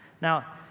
Now